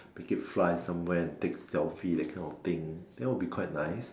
make it fly somewhere and take selfie that kind of thing that will be quite nice